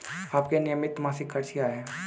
आपके नियमित मासिक खर्च क्या हैं?